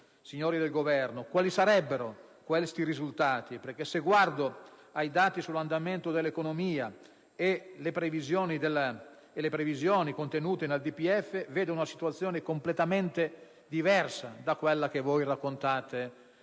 quali sarebbero questi risultati? Se guardo ai dati sull'andamento dell'economia e le previsioni contenute nel DPEF, vedo una situazione completamente diversa da quella che voi raccontate